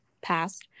passed